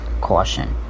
caution